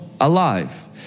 alive